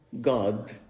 God